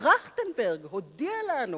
טרכטנברג הודיע לנו